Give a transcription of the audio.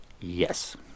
Yes